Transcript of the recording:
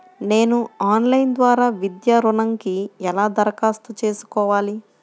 నేను ఆన్లైన్ ద్వారా విద్యా ఋణంకి ఎలా దరఖాస్తు చేసుకోవాలి?